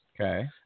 Okay